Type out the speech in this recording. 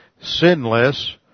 sinless